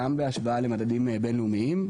גם בהשוואה למדדים בינלאומיים.